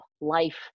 life